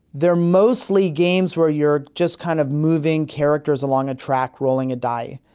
they're mostly games where you're just kind of moving characters along a track rolling a die.